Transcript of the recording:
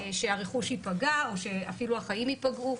שהרכוש או אפילו החיים ייפגעו.